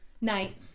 Night